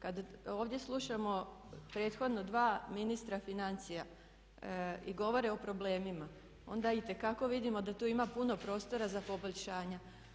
Kada ovdje slušamo prethodno dva ministra financija i govore o problemima, onda itekako vidimo da tu ima puno prostora za poboljšanja.